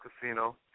Casino